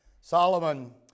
Solomon